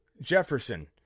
Jefferson